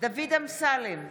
דוד אמסלם,